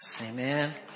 Amen